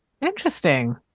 Interesting